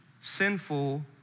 sinful